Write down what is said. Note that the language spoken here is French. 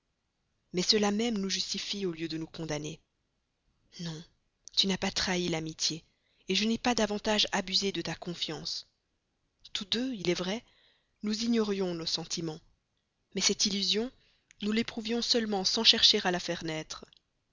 mais cela même nous justifie au lieu de nous condamner non tu n'as pas trahi l'amitié je n'ai pas davantage abusé de ta confiance tous deux il est vrai nous ignorions nos sentiments mais cette illusion nous l'éprouvions seulement sans chercher à la